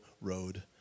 road